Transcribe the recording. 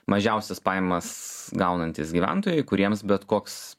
mažiausias pajamas gaunantys gyventojai kuriems bet koks